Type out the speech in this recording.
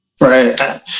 Right